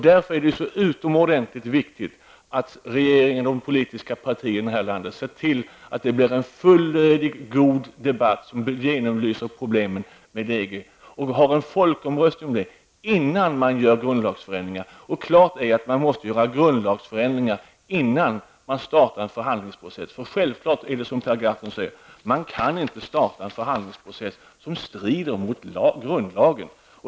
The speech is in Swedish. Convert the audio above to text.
Därför är det så utomordentligt viktigt att regeringen och de politiska partierna här i landet ser till att det blir en god och fullödig debatt som genomlyser problemen med ett EG Man borde anordna en folkomröstning innan man förändrar grundlagen. Det står klart att det måste vidtas en grundlagsförändring innan man startar en förhandlingsprocess. Det är självfallet som Per Gahrton sade: Man kan inte starta en förhandlingsprocess som strider mot grundlagen.